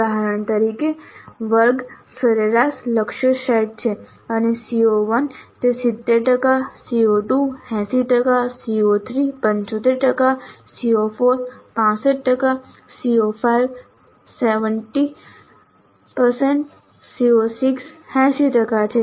ઉદાહરણ તરીકે વર્ગ સરેરાશ લક્ષ્ય સેટ છે અને CO1 તે 70 ટકા CO2 80 ટકા CO3 75 ટકા CO4 65 ટકા CO5 70 ટકા CO6 80 ટકા છે